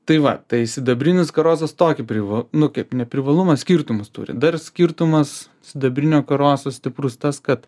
tai va tai sidabrinis karosas tokį priva nu kaip ne privalumas skirtumus turi dar skirtumas sidabrinio karoso stiprus tas kad